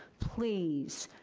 please,